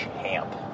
champ